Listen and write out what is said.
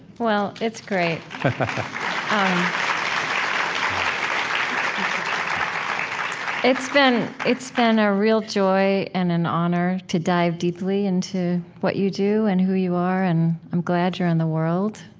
well, it's great ah um it's been it's been a real joy and an honor to dive deeply into what you do and who you are. and i'm glad you're in the world.